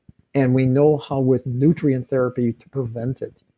and we know how with nutrient therapy, to prevent it.